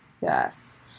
Yes